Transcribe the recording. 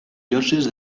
lloses